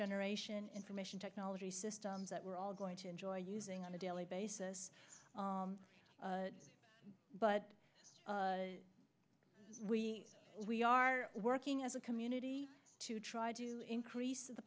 generation information technology systems that we're all going to enjoy using on a daily basis but we we are working as a community to try to increase the